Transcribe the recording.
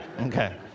okay